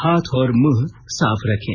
हाथ और मुंह साफ रखें